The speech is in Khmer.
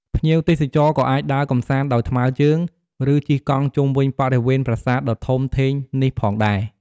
ភ្ញៀវទេសចរក៏អាចដើរកម្សាន្តដោយថ្មើរជើង ឬជិះកង់ជុំវិញបរិវេណប្រាសាទដ៏ធំធេងនេះផងដែរ។